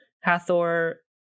Hathor